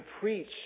preach